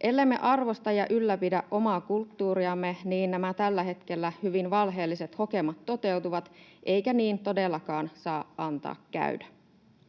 Ellemme arvosta ja ylläpidä omaa kulttuuriamme, niin nämä tällä hetkellä hyvin valheelliset hokemat toteutuvat, eikä niin todellakaan saa antaa käydä.